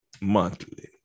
Monthly